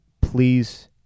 Please